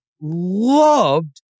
loved